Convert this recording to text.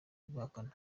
abihakana